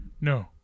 No